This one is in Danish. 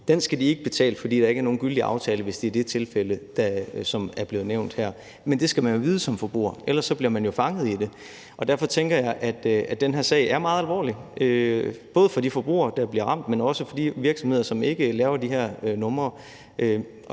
få, skal de ikke betale, fordi der ikke er nogen gyldig aftale som i det tilfælde, der er blevet nævnt her. Men det skal man vide som forbruger; ellers bliver man jo fanget i det. Og derfor tænker jeg, at den her sag er meget alvorlig – både for de forbrugere, der bliver ramt, men også for de virksomheder, som ikke laver de her numre.